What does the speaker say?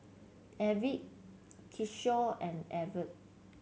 Arvind Kishore and Arvind